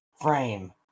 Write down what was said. frame